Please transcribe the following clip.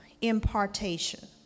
impartation